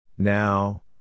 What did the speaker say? Now